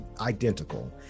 identical